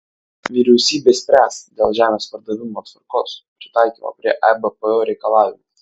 vyriausybė spręs dėl žemės pardavimo tvarkos pritaikymo prie ebpo reikalavimų